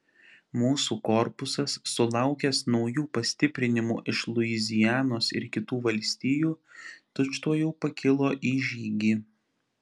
mūsų korpusas sulaukęs naujų pastiprinimų iš luizianos ir kitų valstijų tučtuojau pakilo į žygį